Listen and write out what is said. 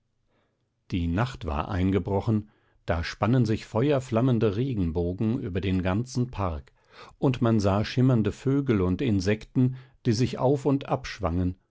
die nacht war eingebrochen da spannen sich feuerflammende regenbogen über den ganzen park und man sah schimmernde vögel und insekten die sich auf und ab schwangen